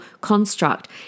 construct